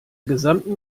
gesamten